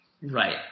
Right